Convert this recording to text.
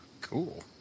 Cool